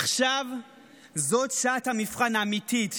עכשיו זאת שעת המבחן האמיתית,